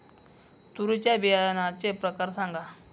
तूरीच्या बियाण्याचे प्रकार सांगा